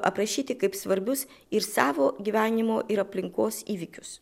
aprašyti kaip svarbius ir savo gyvenimo ir aplinkos įvykius